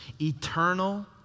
eternal